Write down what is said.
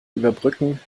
überbrücken